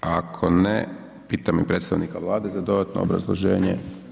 Ako ne, pitam i predstavnika Vlade za dodatno obrazloženje?